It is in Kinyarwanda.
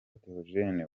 theogene